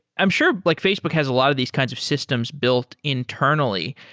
i'm sure, like facebook has a lot of these kinds of systems built internally.